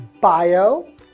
Bio